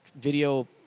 video